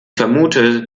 vermute